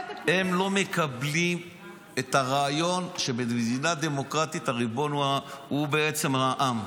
הם לא מקבלים את הרעיון שבמדינה דמוקרטית הריבון הוא בעצם העם.